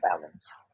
balance